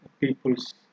people's